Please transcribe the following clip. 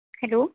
hello